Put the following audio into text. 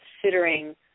considering